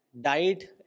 died